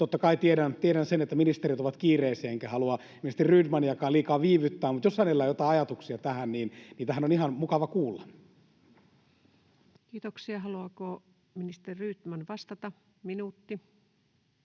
Totta kai tiedän sen, että ministerit ovat kiireisiä, enkä halua ministeri Rydmaniakaan liikaa viivyttää, mutta jos hänellä jotain ajatuksia tähän, niin niitähän on ihan mukava kuulla. Kiitoksia. — Haluaako ministeri Rydman vastata? Minuutti.